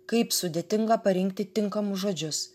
kaip sudėtinga parinkti tinkamus žodžius